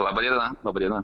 laba diena laba diena